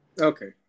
Okay